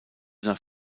nach